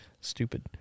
Stupid